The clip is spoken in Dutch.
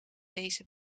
deze